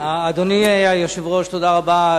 אדוני היושב-ראש, תודה רבה.